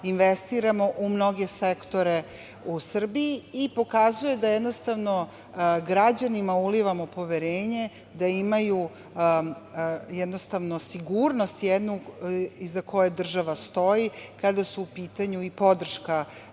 investiramo u mnoge sektore u Srbiji i pokazuje da jednostavno građanima ulivamo poverenje da imaju sigurnost jednu iza koje država stoji kada su u pitanju podrška